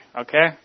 okay